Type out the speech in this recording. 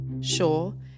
Sure